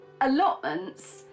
allotments